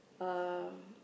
uh